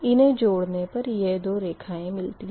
इन्हें जोड़ने पर यह दो रेखाएँ मिलती है